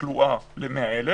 התחלואה ל-100,000,